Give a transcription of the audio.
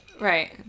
Right